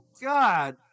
God